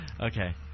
Okay